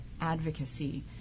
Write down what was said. advocacy